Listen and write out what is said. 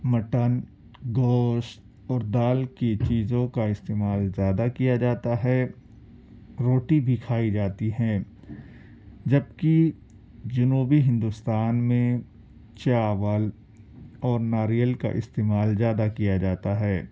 mutton گوشت اور دال کی چیزوں کا استعمال زیادہ کیا جاتا ہے روٹی بھی کھائی جاتی ہیں جبکہ جنوبی ہندوستان میں چاول اور ناریل کا استعمال زیادہ کیا جاتا ہے